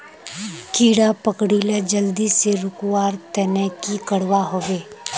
कीड़ा पकरिले जल्दी से रुकवा र तने की करवा होबे?